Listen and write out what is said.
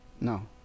no